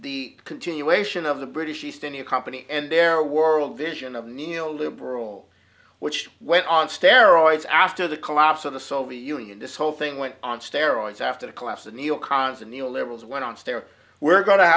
the continuation of the british east india company and their world vision of neo liberal which went on steroids after the collapse of the soviet union this whole thing went on steroids after the collapse the neo cons the neo liberals went on stare we're go